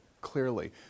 clearly